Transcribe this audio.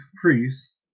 priests